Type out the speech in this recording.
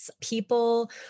People